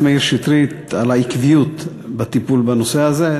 מאיר שטרית על העקביות בטיפול בנושא הזה,